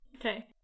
Okay